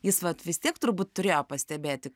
jis vat vis tiek turbūt turėjo pastebėti